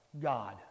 God